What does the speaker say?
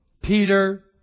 Peter